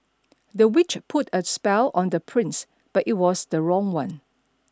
the witch put a spell on the prince but it was the wrong one